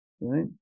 right